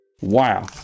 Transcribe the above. Wow